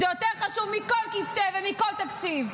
זה יותר חשוב מכל כיסא ומכל תקציב.